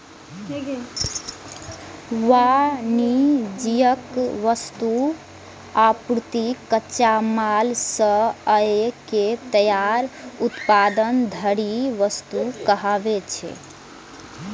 वाणिज्यिक वस्तु, आपूर्ति, कच्चा माल सं लए के तैयार उत्पाद धरि वस्तु कहाबै छै